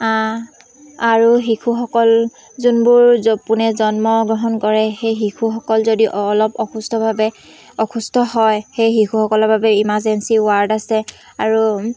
আৰু শিশুসকল যোনবোৰ য পোনে জন্ম গ্ৰহণ কৰে সেই শিশুসকল যদি অলপ অসুস্থভাৱে অসুস্থ হয় সেই শিশুসকলৰ বাবে ইমাৰ্জেঞ্চি ৱাৰ্ড আছে আৰু